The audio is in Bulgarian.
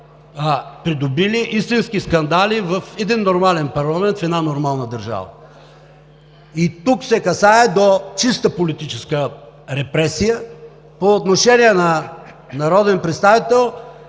придобили истински скандали в един нормален парламент, в една нормална държава. Тук се касае до чиста политическа репресия по отношение на народен представител,